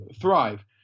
thrive